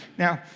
now,